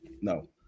No